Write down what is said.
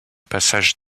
passage